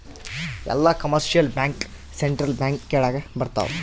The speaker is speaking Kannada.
ಎಲ್ಲ ಕಮರ್ಶಿಯಲ್ ಬ್ಯಾಂಕ್ ಸೆಂಟ್ರಲ್ ಬ್ಯಾಂಕ್ ಕೆಳಗ ಬರತಾವ